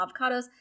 avocados